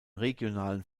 regionalen